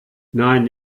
nein